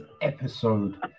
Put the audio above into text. episode